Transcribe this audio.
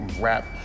rap